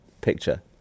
picture